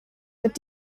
mit